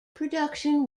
production